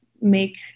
make